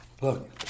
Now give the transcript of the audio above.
Look